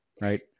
right